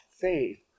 faith